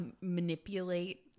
manipulate